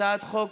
הצעת החוק